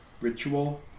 ritual